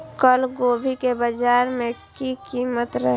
कल गोभी के बाजार में की कीमत रहे?